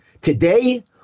today